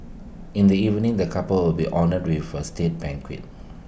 in the evening the couple will honoured be with A state banquet